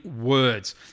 words